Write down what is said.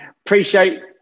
appreciate